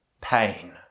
pain